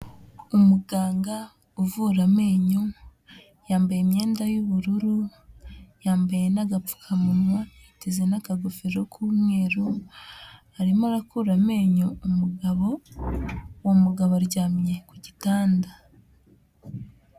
Umuganga uvura amenyo. Yambaye imyenda y'ubururu, yambaye n'agapfukamunwa, yiteze n'akagofero k'umweru. Arimo arakura amenyo umugabo, uwo mugabo aryamye ku gitanda.